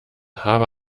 habe